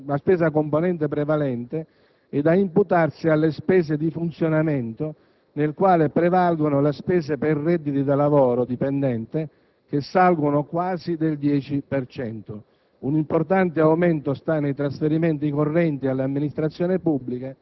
Nell'ambito della spesa corrente, la componente prevalente è da imputarsi alle spese di funzionamento, tra le quali prevalgono le spese per redditi da lavoro dipendente, che salgono quasi del 10